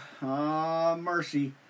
mercy